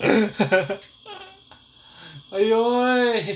!aiyo!